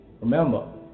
Remember